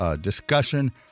discussion